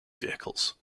vehicles